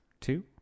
Two